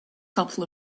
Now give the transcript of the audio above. couple